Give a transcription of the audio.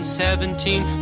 seventeen